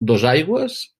dosaigües